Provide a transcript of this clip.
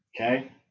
Okay